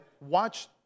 watch